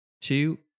two